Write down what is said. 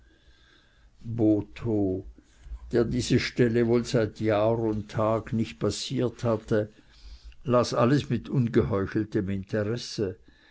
botho der diese stelle wohl seit jahr und tag nicht passiert hatte las alles mit ungeheucheltem interesse